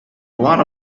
lot